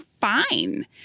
Fine